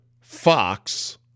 Fox